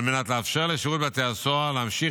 על מנת לאפשר לשירות בתי הסוהר להמשיך